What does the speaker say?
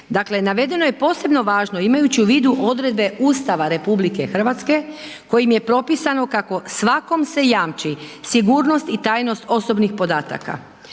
Dakle navedeno je posebno važno imajući u vidu odredbe Ustava RH kojim je propisano kako svakom se jamči sigurnost i tajnost osobnih podataka.